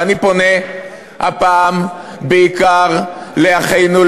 ואני פונה הפעם בעיקר אל אחינו,